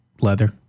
leather